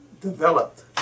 developed